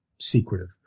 secretive